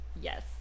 Yes